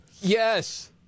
Yes